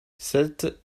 sept